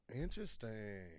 interesting